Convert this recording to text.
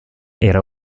era